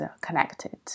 connected